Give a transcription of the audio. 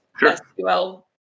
SQL